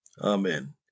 Amen